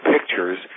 pictures